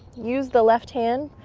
use the left hand.